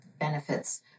benefits